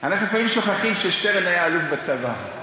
אנחנו לפעמים שוכחים ששטרן היה אלוף בצבא.